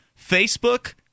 Facebook